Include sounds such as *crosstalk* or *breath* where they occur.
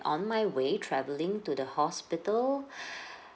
on my way travelling to the hospital *breath*